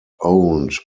owned